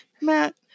Matt